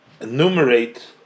enumerate